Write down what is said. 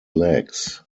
legs